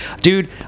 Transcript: Dude